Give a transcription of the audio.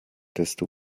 desto